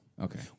Okay